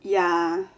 ya